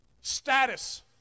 status